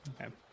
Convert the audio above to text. Okay